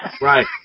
Right